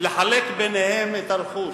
לחלק ביניהן את הרכוש,